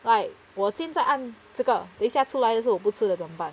like 我现在按这个得下出来的是我不吃的怎么办